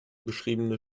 beschriebene